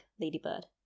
ladybird